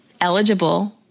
Eligible